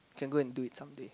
can go and do it some day